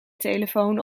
telefoon